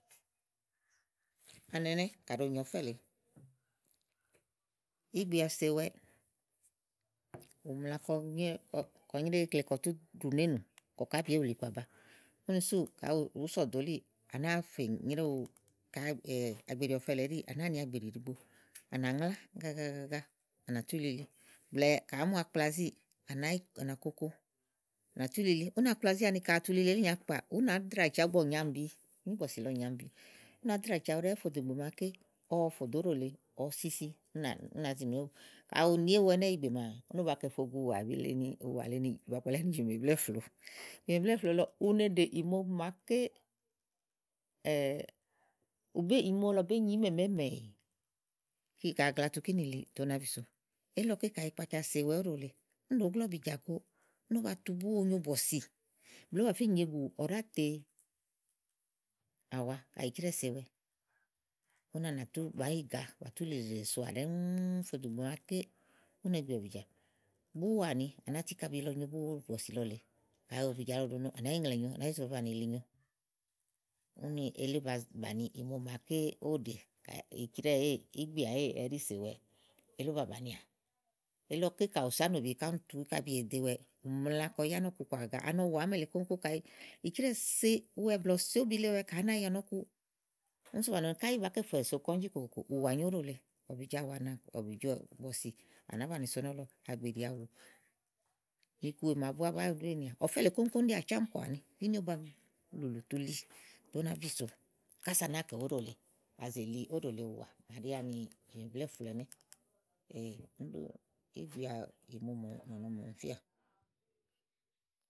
Ani ɛnɛ́ kàɖi ò nyo ɔfɛ́ lèe, ígbia sewɛ ù mla kɔ nyréwu íkle kɔ tú ɖù néènù kàáa bì éwùlì iku aba kíni súù kayi ùú sɔdòo elíì à nàa fè nyréwu kayi àgbèɖi ɔ̀fɛ lée ɛɖíì, à nàáa ni agbèɖì ɖìigbo à nàŋlá agagagaga à nà tú li blɛ̀ɛ ka àá mu akplazíì, à nà koko à nà tú li úni akplazí áni ka àtu li elí nyàa kpà ú nàá drà ci awu ígbɔ ù nyaàmbi níìbɔ̀sì lɔ nyaàmbi ú nàá drà ci awu ɖɛ́ɛ́ fô dò ìgbè màa ɔwɔ fò dò lèe ɔwɔ sisi ú nàá nàá zi nìiéwu ka ù ni ewu ka ù ni ewu ɛnɛ́ yɛ gbè màa úni ówó ba kɛ fo gu ùwà le ni jìmèblɛ̀flòo íìmèblɛ̀flòo lɔ, une ɖè ìmo màaké ìmo lɔ bèé nyì ímɛ̀mɛ́ɛ̀mɛ̀ ka à gagla tu kínì li ètè ú nàá bisòo elílɔ ké kàɖi ikpaca sèewɛ óɖò lèe, úni ɖòo glóò ɔ̀bìjà go ówó batu buwo nyo bɔ̀sì blɛ̀ɛ ówó bà fé nyèegù ɔ̀ɖátèe àwa kayi ìcrɛ́ɛ sèewɛ úni à nà tú bàá yi gàa bàtú ɖèɖè soà ɖɛ́ŋúú fò dò ìgbè màaké úni gbì ɔ̀bìjà búwo àni à nàáa tu íkabi lɔ nyo búwo bɔ̀sì lɔ lèe kayi ɔ̀bìjà lɔ ɖòo no à nàá yi ŋlɛ̀ nyo à nàá zi tùu ub abanì yili nyo uni ba bàni ìmo màa ówo ɖè kayi ìcrɛ́ɛ èéè, ígbia èéè ɛɖí sèewɛ. Elí ba bànià. elí lɔ ké ka ù se à nòbi ká úni tu íkabi èwe ɖewɛ, ù mla kɔ yá nɔ̀ku kɔà ani ɔwú àámi èle kóŋ kóŋ kayi ìcrɛ́ɛ sèe wɛ blɛ̀ɛ ú se úbli le ɔwɛ ka ánáya nɔ̀ku úni sú óɖò lèe, ɔ̀bìjà ùwà nɔ̀bìjo bɔ̀sì à nàá banìi so nɔ̀lɔ àgbèɖì àwù, iku wèe màa búá be nì ɔfɛ́ lèe kóŋ kóŋ ɖí àcámpɔ̀ àni. kíni ówó ba lùlù tu li tè ú nàá bisòo kása à nàa kɛ̀wa óɖò lèe àwa zèe li óɖò lèe ùwà màaɖí ani jìmèblɛ́ floò ɛnɛ. Kíni ɖí ígbia ìmo ùwà màa ɔmi fíà.